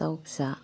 दाव फिसा